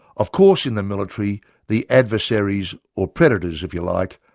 of course in the military the adversaries or predators if you like,